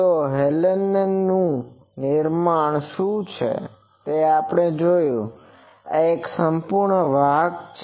તો હેલેનનું નિર્માણ શું છે આપણે જોયું છે કે આ એક સંપૂર્ણ વાહક છે